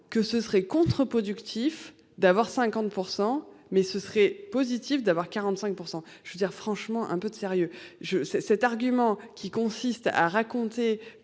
que ce serait contre-productif d'avoir 50% mais ce serait positif d'avoir 45% je veux dire franchement un peu de sérieux je sais cet argument qui consiste à raconter